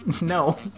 no